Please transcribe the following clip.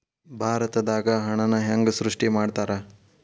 ಭಾರತದಾಗ ಹಣನ ಹೆಂಗ ಸೃಷ್ಟಿ ಮಾಡ್ತಾರಾ